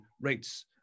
rates